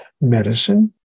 medicine